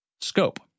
Scope